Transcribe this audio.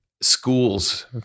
schools